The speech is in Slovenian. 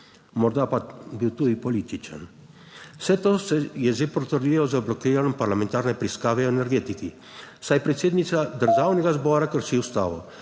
morda pa je bil tudi političen. Vse to se je že potrdilo z blokiranjem parlamentarne preiskave v energetiki, saj predsednica Državnega zbora krši Ustavo,